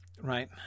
right